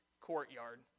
courtyard